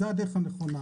זאת הדרך הנכונה.